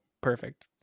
Perfect